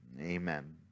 amen